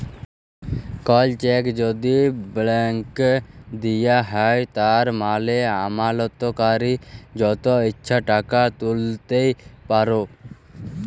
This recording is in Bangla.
কল চ্যাক যদি ব্যালেঙ্ক দিঁয়া হ্যয় তার মালে আমালতকারি যত ইছা টাকা তুইলতে পারে